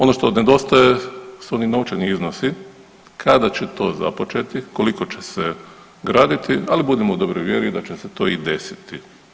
Ono što nedostaje su oni novčani iznosi, kada će to započeti, koliko će se graditi, ali budimo u dobroj vjeri da će se to i desiti.